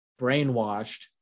brainwashed